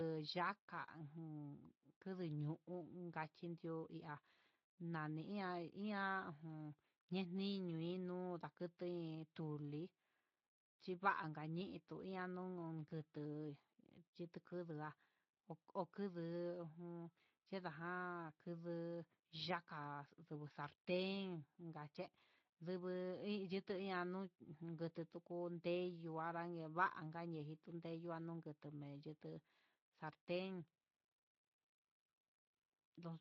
Uyaka kuduu ño'o, unka chidio ndi'á, nani ihá iña un nani ñoino nakutoin ninketui chinanta ñitu chinañan ndonon kutu chike kundu'á okuduu ye'a kuan kuduu yaka'a yuu salten ndayee yuku ña'a nuu nduku yendo ngara nevanka angui jitemin yunuu niva'a nduu salten.